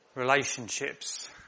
relationships